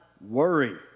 worry